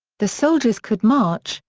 the soldiers could march,